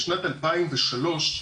בשנת 2003,